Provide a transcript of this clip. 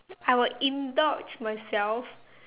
I would indulge myself